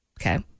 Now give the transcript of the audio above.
okay